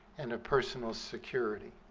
and of personal security,